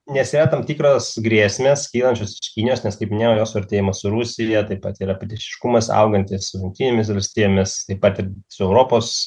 nes yra tam tikros grėsmės kylančios iš kinijos nes kaip minėjau jos suartėjimą su rusija taip pat yra priešiškumas augantis su jungtinėmis valstijomis taip pat ir su europos